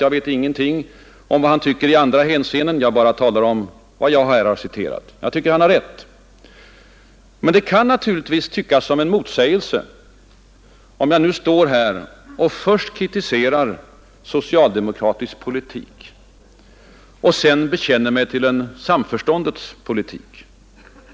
Jag vet som sagt ingenting om vad han tycker i andra hänseenden, jag begränsar mig till det avsnitt jag citerat. Det kan naturligtvis tyckas som en motsägelse, om jag nu står här och först kritiserar socialdemokratisk politik och sedan bekänner mig till en samförståndets politik.